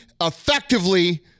effectively